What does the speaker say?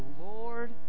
Lord